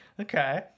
Okay